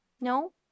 No